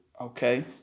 okay